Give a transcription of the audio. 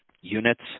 units